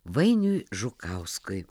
vainiui žukauskui